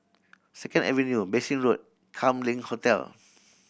Second Avenue Bassein Road Kam Leng Hotel